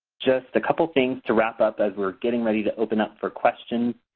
just a couple things to wrap up as we're getting ready to open up for questions.